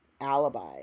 alibi